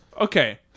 Okay